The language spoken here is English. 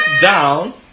down